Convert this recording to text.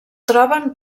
troben